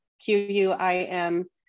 Q-U-I-M